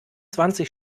zwanzig